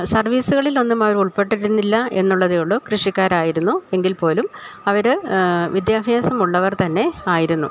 സർവീസുകളിലൊന്നും അവരുൾപ്പെട്ടിരുന്നില്ല എന്നുള്ളതേയുള്ളു കൃഷിക്കാരായിരുന്നു എങ്കിൽ പോലും അവര് വിദ്യാഭ്യാസമുള്ളവർ തന്നെ ആയിരുന്നു